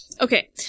Okay